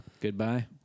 Goodbye